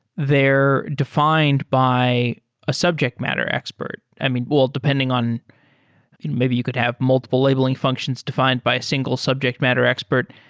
they're defined by a subject matter expert. i mean, well, depending maybe you could have multiple labeling functions defined by a single subject matter expert.